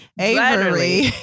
avery